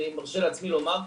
אני מרשה לעצמי לומר,